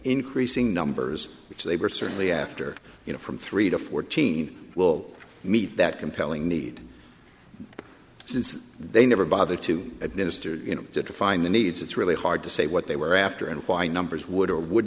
increasing numbers which they were certainly after you know from three to fourteen will meet that compelling need since they never bother to administer you know to find the needs it's really hard to say what they were after and why numbers would or would